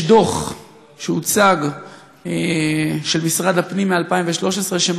יש דוח של משרד הפנים מ-2013 שהוצג,